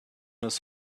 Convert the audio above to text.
his